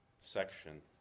section